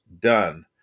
done